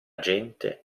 gente